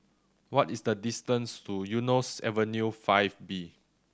what is the distance to Eunos Avenue Five B